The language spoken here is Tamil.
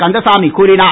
கந்தசாமி கூறினார்